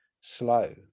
slow